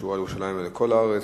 קשורה דווקא לירושלים אלא לכל הארץ,